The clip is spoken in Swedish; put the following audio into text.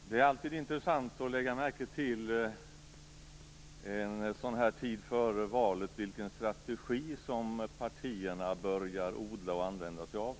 Fru talman! Det är alltid intressant att så här en tid före valet lägga märke till vilken strategi partierna börjar odla och använda sig av.